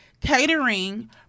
catering